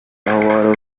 aho